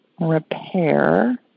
repair